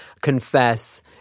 confess